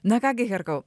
na ką gi herkau